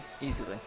easily